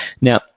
Now